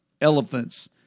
elephants